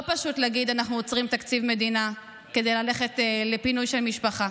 לא פשוט להגיד: אנחנו עוצרים תקציב מדינה כדי ללכת לפינוי של משפחה.